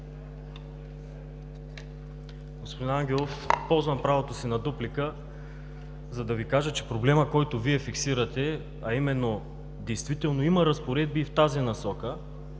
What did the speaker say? Господин Ангелов, ползвам правото си на дуплика, за да Ви кажа, че проблемът, който Вие фиксирате, а именно, действително има разпоредби и в тази насока